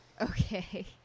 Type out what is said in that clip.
Okay